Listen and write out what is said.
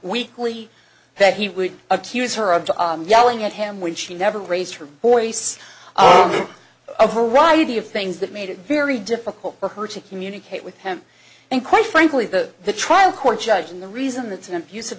weekly that he would accuse her of yelling at him when she never raised her voice a variety of things that made it very difficult for her to communicate with him and quite frankly the the trial court judge and the reason that's an abus